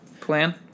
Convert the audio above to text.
plan